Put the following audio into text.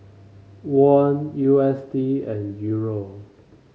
Won U S D and Euro